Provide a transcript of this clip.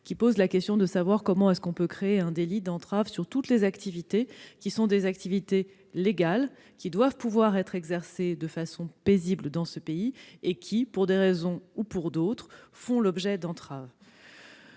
Elle pose la question de savoir comment on peut créer un délit d'entrave sur toutes les activités légales, qui doivent pouvoir être exercées de façon paisible dans ce pays et qui, pour une raison ou une autre, font l'objet d'entraves.